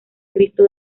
cristo